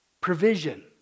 provision